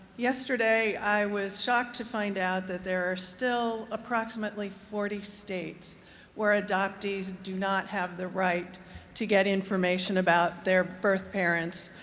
yesterday i was shocked to find out that there are still approximately forty states where adoptees do not have the right to get information about their birth parents,